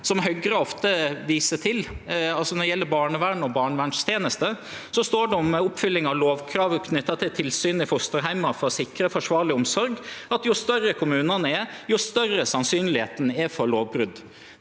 som Høgre ofte viser til, altså barnevern og barnevernstenester, står det om oppfylling av lovkrav knytt til tilsyn i fosterheimar for å sikre forsvarleg omsorg, at jo større kommunane er, jo større er sannsynet for lovbrot.